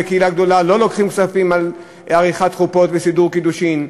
בקהילה גדולה לא לוקחים כספים על עריכת חופות וסידור קידושין.